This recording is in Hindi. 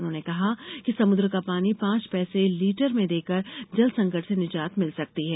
उन्होंने कहा कि समुद्र का पानी पांच पैसे लीटर में देकर जलसंकट से निजात मिल सकती है